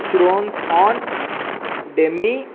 స్రోన్స్ అన్డెమీ